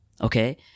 Okay